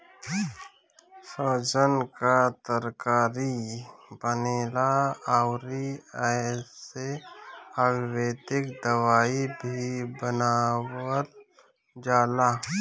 सैजन कअ तरकारी बनेला अउरी एसे आयुर्वेदिक दवाई भी बनावल जाला